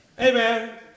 Amen